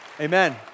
Amen